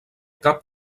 cap